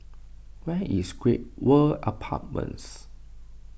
where is Great World Apartments